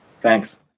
Thanks